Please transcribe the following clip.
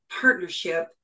partnership